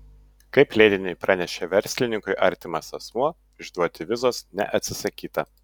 kaip leidiniui pranešė verslininkui artimas asmuo išduoti vizos neatsisakyta